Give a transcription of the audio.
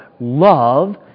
love